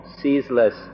ceaseless